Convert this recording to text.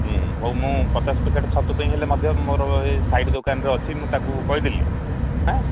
ହଉ ମୁଁ ପଚାଶ ପ୍ୟାକେଟ୍ ଛତୁ ପାଇଁ ହେଲେ ମଧ୍ୟ ମୋର ଏ ସାଇଡ଼ ଦୋକାନରେ ଅଛି ମୁଁ ତାକୁ କହିଦେଲିି ହଁ